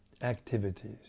activities